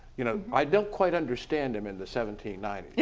you know i don't quite understand him in the seventeen ninety yeah